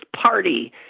Party